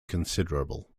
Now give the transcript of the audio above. considerable